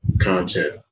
content